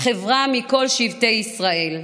חברה מכל שבטי ישראל.